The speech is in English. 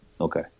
Okay